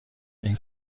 این